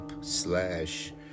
slash